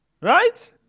Right